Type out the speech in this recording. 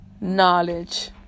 knowledge